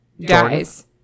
dies